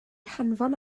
hanfon